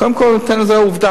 קודם כול, זאת עובדה.